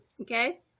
Okay